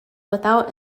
without